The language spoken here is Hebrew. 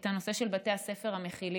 על הנושא של בתי הספר המכילים.